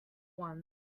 one